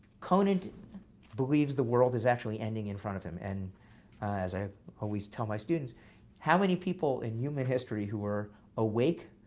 conant believes the world is actually ending in front of him. and as i always tell my students how many people in human history who were awake,